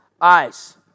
eyes